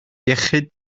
iechyd